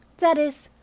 that is,